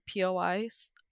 POIs